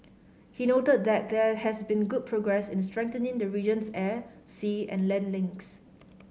he noted that there has been good progress in strengthening the region's air sea and land links